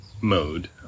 mode